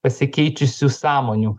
pasikeitusių sąmonių